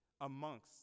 amongst